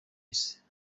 isi